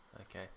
Okay